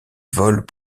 vols